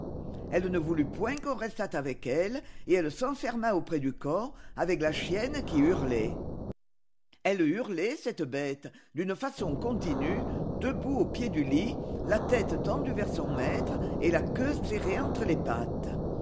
elle ne voulut point qu'on restât avec elle et elle s'enferma auprès du corps avec la chienne qui hurlait elle hurlait cette bête d'une façon continue debout au pied du lit la tête tendue vers son maître et la queue serrée entre les pattes